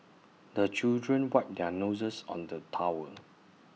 the children wipe their noses on the towel